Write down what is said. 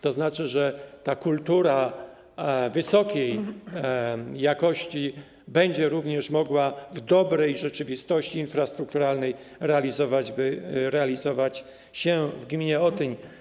To znaczy, że kultura wysokiej jakości będzie również mogła w dobrej rzeczywistości infrastrukturalnej realizować się w gminie Otyń.